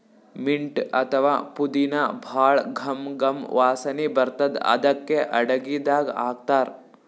mint ಅಥವಾ ಪುದಿನಾ ಭಾಳ್ ಘಮ್ ಘಮ್ ವಾಸನಿ ಬರ್ತದ್ ಅದಕ್ಕೆ ಅಡಗಿದಾಗ್ ಹಾಕ್ತಾರ್